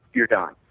you're done,